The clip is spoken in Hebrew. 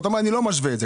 ואומר: לא משווה את זה.